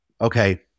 Okay